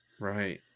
Right